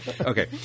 Okay